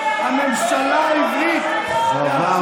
אלי כהן (הליכוד): הממשלה העברית תאפשר